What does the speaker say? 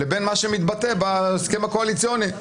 לבין מה שמתבטא בהסכם הקואליציוני.